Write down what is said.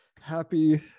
Happy